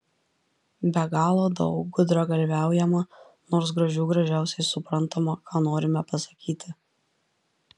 be galo daug gudragalviaujama nors gražių gražiausiai suprantama ką norime pasakyti